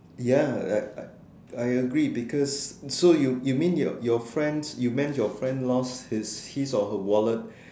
ya I I I agree because so you you you mean your your your friends your friend lost his his or her wallet